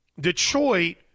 Detroit